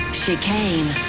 chicane